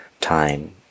time